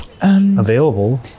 available